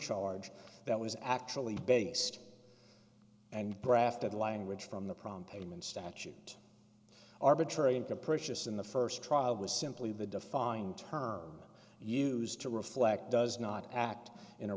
charge that was actually based and braf that language from the problem payment statute arbitrary and capricious in the first trial was simply the defined term used to reflect does not act in a